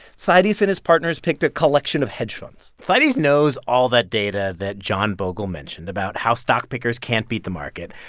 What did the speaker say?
seides and his partners picked a collection of hedge funds seides knows all that data that john bogle mentioned about how stockpickers can't beat the market.